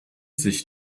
sich